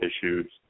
issues